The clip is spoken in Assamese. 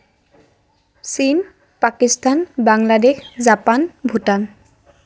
চীন পাকিস্তান বাংলাদেশ জাপান ভূটান